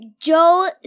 Joe